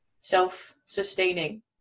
self-sustaining